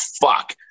fuck